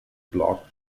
block